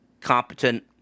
competent